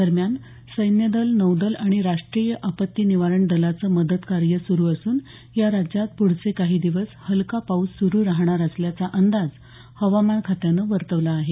दरम्यान सैन्यदल नौदल आणि राष्ट्रीय आपत्ती निवारण दलाचं मदतकार्य सुरू असून या राज्यात पुढचे काही दिवस हल्का पाऊस सुरू राहणार असल्याचं अंदाज हवामानखात्यानं वर्तवला आहे